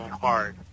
hard